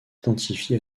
identifié